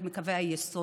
כחלק מקווי היסוד